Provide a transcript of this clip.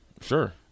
Sure